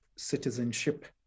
citizenship